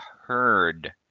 heard